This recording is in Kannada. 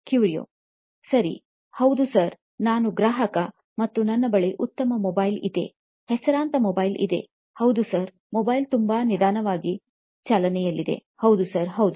ಕ್ಯೂರಿಯೊ ಸರಿ ಹೌದು ಸರ್ ನಾನು ಗ್ರಾಹಕ ಮತ್ತು ನನ್ನ ಬಳಿ ಉತ್ತಮ ಮೊಬೈಲ್ ಇದೆ ಹೆಸರಾಂತ ಮೊಬೈಲ್ ಇದೆ ಮತ್ತು ಹೌದು ಸರ್ ಮೊಬೈಲ್ ತುಂಬಾ ನಿಧಾನವಾಗಿ ಚಾಲನೆಯಲ್ಲಿದೆ ಹೌದು ಸರ್ ಹೌದು